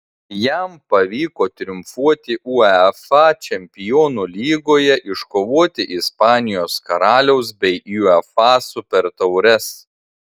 jam pavyko triumfuoti uefa čempionų lygoje iškovoti ispanijos karaliaus bei uefa supertaures